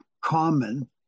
common